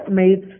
made